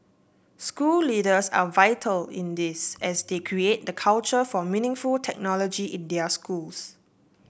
school leaders are vital in this as they create the culture for meaningful technology in their schools